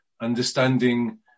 understanding